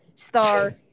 star